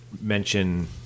mention